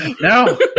No